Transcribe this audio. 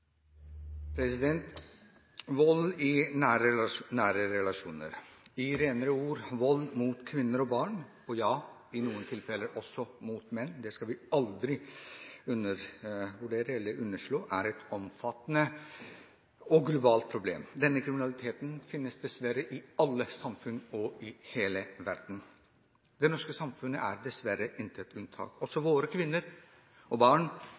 Vold i nære relasjoner – sagt med rene ord: vold mot kvinner og barn – og ja, i noen tilfeller også mot menn – skal vi aldri underslå er et omfattende og globalt problem. Denne kriminaliteten finnes dessverre i alle samfunn og i hele verden. Det norske samfunnet er dessverre intet unntak. Også våre kvinner, barn